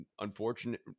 unfortunate